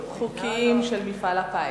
הימורים חוקיים של מפעל הפיס.